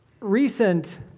Recent